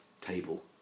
table